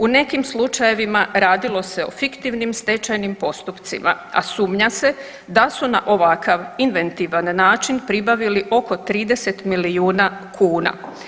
U nekim slučajevima radilo se o fiktivnim stečajnim postupcima, a sumnja se da su na ovakav inventivan način pribavili oko 30 milijuna kuna.